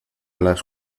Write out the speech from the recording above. las